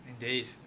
Indeed